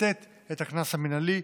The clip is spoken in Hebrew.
לתת את הקנס המינהלי.